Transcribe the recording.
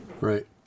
Right